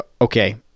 okay